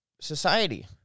society